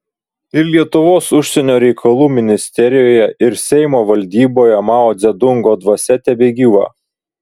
ir lietuvos užsienio reikalų ministerijoje ir seimo valdyboje mao dzedungo dvasia tebegyva